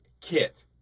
Kit